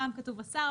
פעם כתוב 'השר',